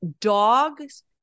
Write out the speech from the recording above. dogs